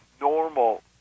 normal